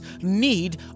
need